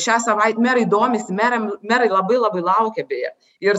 šią savait merai domisi meram merai labai labai laukia beje ir